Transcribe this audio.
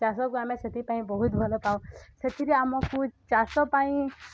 ଚାଷକୁ ଆମେ ସେଥିପାଇଁ ବହୁତ ଭଲପାଉ ସେଥିରେ ଆମକୁ ଚାଷ ପାଇଁ